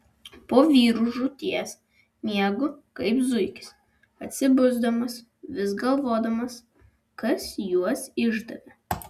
po vyrų žūties miegu kaip zuikis atsibusdamas vis galvodamas kas juos išdavė